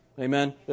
Amen